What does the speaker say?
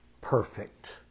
perfect